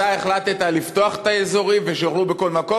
אתה החלטת לפתוח את האזורים ושיוכלו בכל מקום,